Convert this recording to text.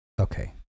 okay